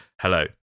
Hello